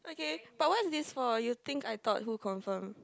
okay but what is for you think I thought who confirm